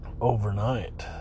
overnight